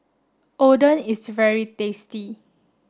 Oden is very tasty